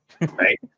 Right